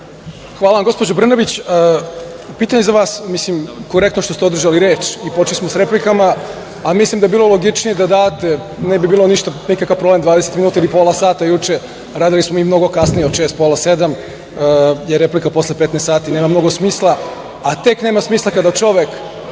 Hvala vam gospođo Brnabić. Pitanje za vas, mislim, korektno što ste oduzeli reč i što smo počeli sa replikama, ali mislim da bi bilo logičnije da date, ne bi bio nikakav problem 20 minuta ili pola sata juče, radili smo mi i mnogo kasnije, šest, pola sedam, jer replika posle 15 sati nema mnogo smisla, a tek nema smisla kada čovek